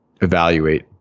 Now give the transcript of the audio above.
evaluate